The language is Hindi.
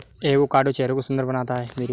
एवोकाडो चेहरे को सुंदर बनाता है